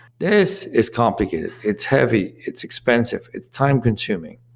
this is complicated. it's heavy, it's expensive, it's time consuming.